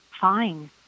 fine